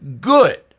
good